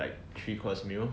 like three course meal